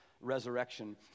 resurrection